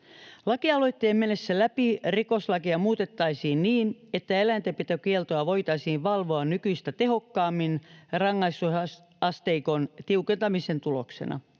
Lakialoitteen mennessä läpi rikoslakia muutettaisiin niin, että eläintenpitokieltoa voitaisiin valvoa nykyistä tehokkaammin rangaistusasteikon tiukentamisen tuloksena.